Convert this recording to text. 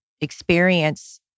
experience